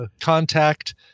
Contact